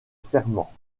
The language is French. serment